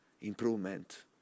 improvement